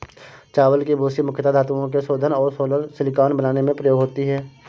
चावल की भूसी मुख्यता धातुओं के शोधन और सोलर सिलिकॉन बनाने में प्रयोग होती है